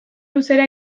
luzera